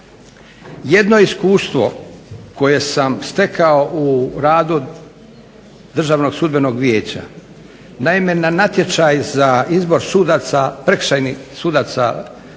Jedno iskustvo koje sam stekao u radu Državnog sudbenog vijeća. Naime na natječaj za izbor prekršajnih sudaca